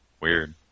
weird